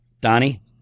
Donnie